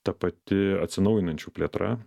ta pati atsinaujinančių plėtra